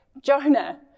Jonah